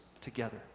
together